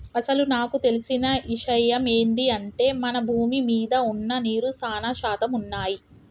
అసలు నాకు తెలిసిన ఇషయమ్ ఏంది అంటే మన భూమి మీద వున్న నీరు సానా శాతం వున్నయ్యి